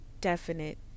definite